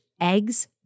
eggs